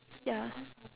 ya